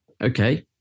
okay